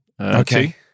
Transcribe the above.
okay